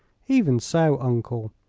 even so, uncle,